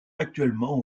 actuellement